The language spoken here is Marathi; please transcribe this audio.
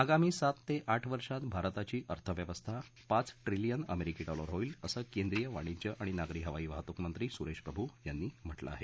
आगामी सात ते आठ वर्षात भारताची अर्थव्यवस्था पाच ट्रिलियन अमेरिकी डॉलर होईल असं केंद्रीय वाणिज्य आणि नागरी हवाई वाहतूक मंत्री सुरेश प्रभू यांनी म्हटलं आहे